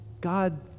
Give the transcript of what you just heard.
God